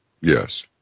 yes